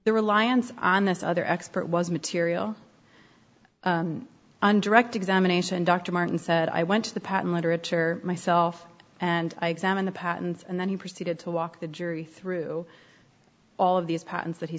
the reliance on this other expert was material on direct examination dr martin said i went to the patent literature myself and i examine the patents and then he proceeded to walk the jury through all of these patents that he